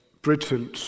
Britain